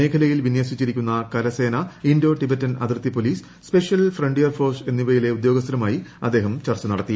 മേഖലയിൽ വിന്യസിച്ചിരിക്കുന്ന കരസേന ഇൻഡോ ടിബറ്റൻ അതിർത്തി പോലീസ് സ്പെഷ്യൽ ഫ്രോണ്ടിയർ ഫോഴ്സ് ഉദ്യോഗസ്ഥരുമായി അദ്ദേഹം ചർച്ച നടത്തി